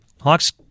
Hawks